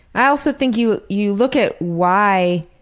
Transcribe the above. i also think you you look at why.